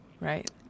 right